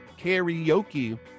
karaoke